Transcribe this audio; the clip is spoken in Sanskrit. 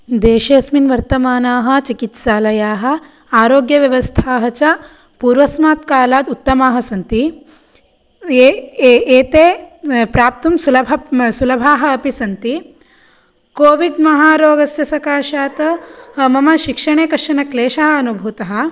देशेऽस्मिन् वर्तमानाः चिकित्सालयाः आरोग्यव्यवस्थाः च पूर्वस्मात् कालात् उत्तमाः सन्ति एते प्राप्तुं सुलभ सुलभाः अपि सन्ति कोविड् महारोगस्य सकाशात् मम शिक्षणे कश्चन क्लेशाः अनुभूतः